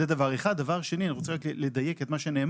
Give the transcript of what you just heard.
דבר שני, אני רק רוצה לדייק את מה שנאמר,